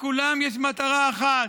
לכולם יש מטרה אחת: